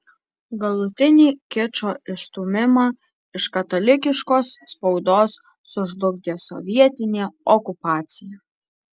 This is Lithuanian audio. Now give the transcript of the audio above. galutinį kičo išstūmimą iš katalikiškos spaudos sužlugdė sovietinė okupacija